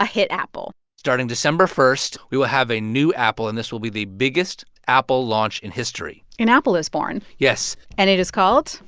a hit apple starting december one, we will have a new apple. and this will be the biggest apple launch in history an apple is born yes and it is called.